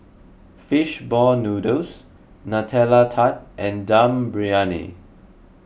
Fish Ball Noodles Nutella Tart and Dum Briyani